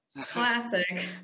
Classic